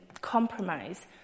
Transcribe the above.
compromise